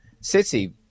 City